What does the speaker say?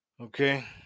Okay